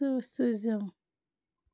سۭتۍ سوٗزۍ زیو